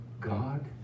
God